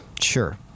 Sure